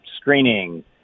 screening